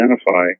identify